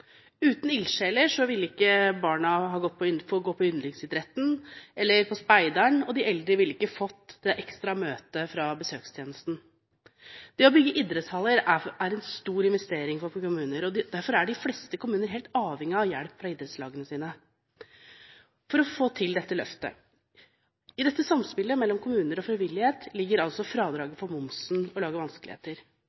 Uten ildsjeler ville ikke barna kunne gå på yndlingsidretten sin eller på speideren, og de eldre ville ikke fått det ekstra møtet med en fra besøkstjenesten. Det å bygge idrettshaller er en stor investering for kommunene, og derfor er de fleste kommunene helt avhengige av hjelp fra idrettslagene sine for å få til dette løftet. I dette samspillet mellom kommune og frivillighet ligger altså